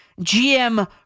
GM